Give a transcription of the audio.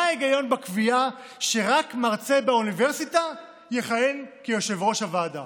מה ההיגיון בקביעה שרק מרצה באוניברסיטה יכהן כיושב-ראש הוועדה?